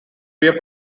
peer